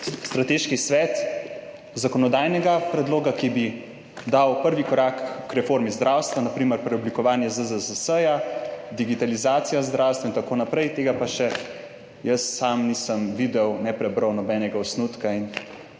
strateški svet, zakonodajnega predloga, ki bi dal prvi korak k reformi zdravstva na primer preoblikovanje ZZZS, digitalizacija zdravstva, itn. tega pa še jaz sam nisem videl, ne prebral nobenega osnutka in